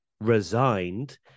resigned